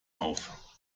auf